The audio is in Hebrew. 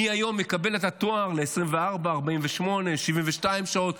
מי היום מקבל את התואר ל-24, 48, 72 שעות,